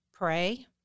pray